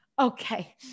okay